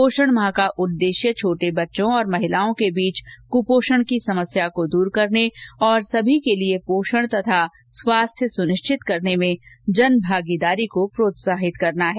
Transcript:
पोषण माह का उद्देश्य छोटे बच्चों और महिलाओं के बीच कुपोषण की समस्या को दूर करने और सभी के लिए पोषण और स्वास्थ्य सुनिश्चित करने में जनभागीदारी को प्रोत्साहित करना है